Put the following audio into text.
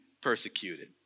persecuted